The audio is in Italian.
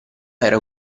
era